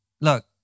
look